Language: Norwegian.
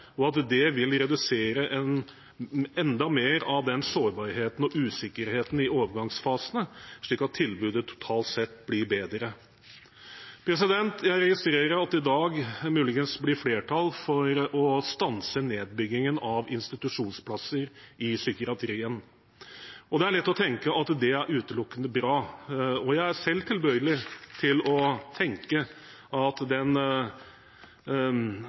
og at det vil redusere enda mer av sårbarheten og usikkerheten i overgangsfasene, slik at tilbudet totalt sett blir bedre. Jeg registrerer at det i dag muligens blir flertall for å stanse nedbyggingen av institusjonsplasser i psykiatrien. Det er lett å tenke at det utelukkende er bra. Jeg er selv tilbøyelig til å tenke at den